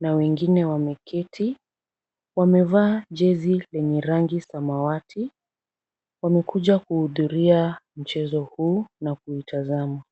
na wengine wameketi wamevaa jezi lenye rangi samawati. Wamekuja kuhudhuria mchezo huu na kuutazama.